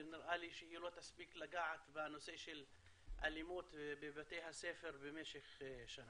ונראה לי שהיא לא תספיק לגעת בנושא של אלימות בבתי הספר במשך שעה.